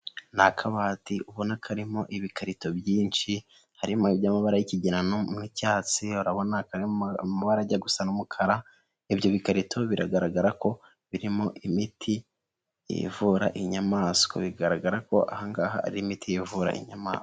Ni akabati ubona karimo ibikarito byinshi harimo iby'amabara y'ikigina n'icyatsi harimo ibijya gusa n'umukara. Ibyo bikarito biragaragara ko birimo imiti ivura inyamaswa; bigaragara ko ahangaha hari imiti ivura inyamaswa.